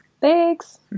Thanks